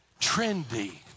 trendy